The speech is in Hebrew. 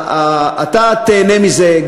אתה תיהנה מזה,